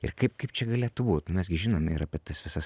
ir kaip kaip čia galėtų būt nu mes gi žinom ir apie tas visas